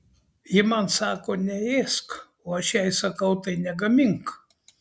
ji man sako neėsk o aš jai sakau tai negamink